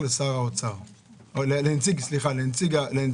יצביע רק אותו אחד שרשאי להצביע בנושא.